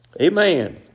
amen